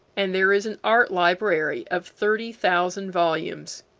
and there is an art library of thirty thousand volumes.